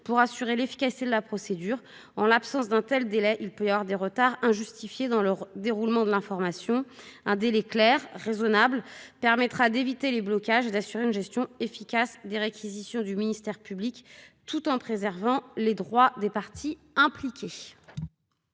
pour assurer l'efficacité de la procédure. En l'absence d'un tel délai, il peut y avoir des retards injustifiés dans le déroulement de l'information. Un délai clair et raisonnable permettra d'éviter les blocages et d'assurer une gestion efficace des réquisitions du ministère public, tout en préservant les droits des parties impliquées.